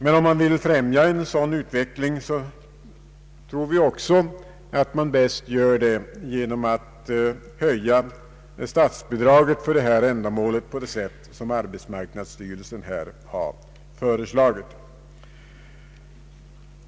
Men om man vill främja en sådan utveckling tror vi att man bäst gör det genom att höja statsbidraget för detta ändamål i enlighet med vad arbetsmarknadsstyrelsen har föreslagit.